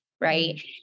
Right